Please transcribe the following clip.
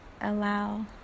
allow